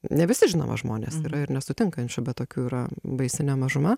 ne visi žinoma žmonės yra ir nesutinkančių bet tokių yra baisinė mažuma